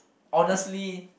honestly